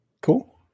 Cool